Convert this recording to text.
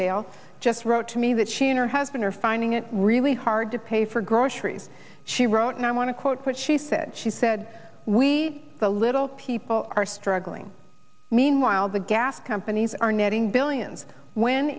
goldendale just wrote to me that she and her husband are finding it really hard to pay for groceries she wrote and i want to quote what she said she said we the little people are struggling meanwhile the gas companies are netting billions when